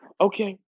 Okay